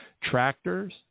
tractors